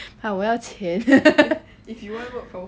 but 我要钱